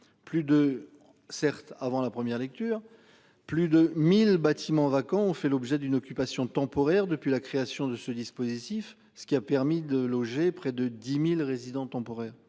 plus de certes avant la première lecture. Plus de 1000 bâtiments vacants ont fait l'objet d'une occupation temporaire depuis la création de ce dispositif, ce qui a permis de loger près de 10.000 résidents temporaires.